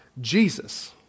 Jesus